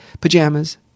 pajamas